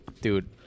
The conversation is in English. dude